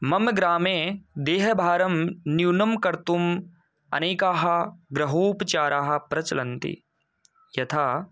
मम ग्रामे देहभारं न्यूनं कर्तुम् अनेकाः ग्रहोपचाराः प्रचलन्ति यथा